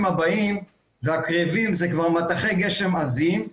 הבאים והקרבים זה כבר מטחי גשם עזים.